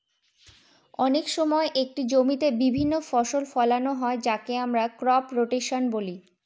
অনেক সময় একটি জমিতে বিভিন্ন ফসল ফোলানো হয় যাকে আমরা ক্রপ রোটেশন বলি